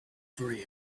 very